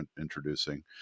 introducing